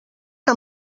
que